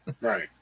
right